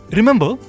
Remember